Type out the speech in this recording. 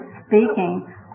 speaking